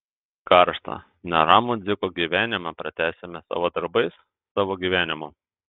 karštą neramų dziko gyvenimą pratęsime savo darbais savo gyvenimu